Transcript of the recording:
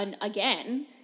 again